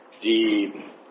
deep